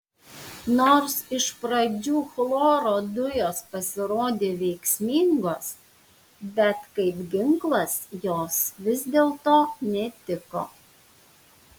nors iš pradžių chloro dujos pasirodė veiksmingos bet kaip ginklas jos vis dėlto netiko